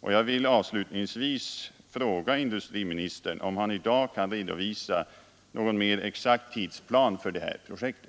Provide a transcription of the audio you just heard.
och jag vill avslutningsvis fråga industriministern om han i dag kan redovisa någon mera exakt tidsplan för det här projektet.